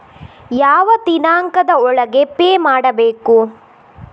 ಯಾವ ದಿನಾಂಕದ ಒಳಗೆ ಪೇ ಮಾಡಬೇಕು?